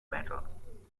battle